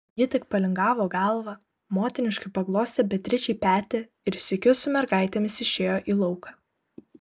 ji tik palingavo galvą motiniškai paglostė beatričei petį ir sykiu su mergaitėmis išėjo į lauką